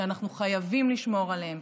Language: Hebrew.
שאנחנו חייבים לשמור עליהן,